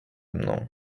mną